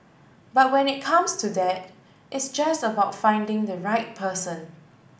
but when it comes to that it's just about finding the right person